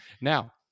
Now